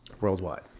Worldwide